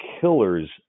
killers